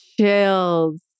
chills